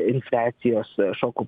infliacijos šoku